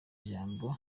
ijambo